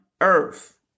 earth